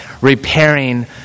Repairing